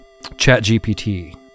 ChatGPT